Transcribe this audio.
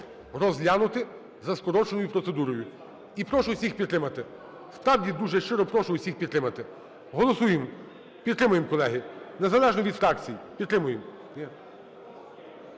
розглянути за скороченою процедурою. І прошу всіх підтримати. Справді дуже щиро прошу всіх підтримати. Голосуємо. Підтримуємо, колеги, незалежно від фракцій підтримуємо.